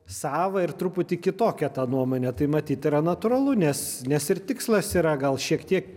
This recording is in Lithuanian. savą ir truputį kitokią tą nuomonę tai matyt yra natūralu nes nes ir tikslas yra gal šiek tiek